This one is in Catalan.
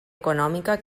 econòmica